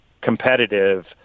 competitive